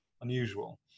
unusual